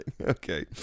okay